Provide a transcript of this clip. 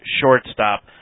shortstop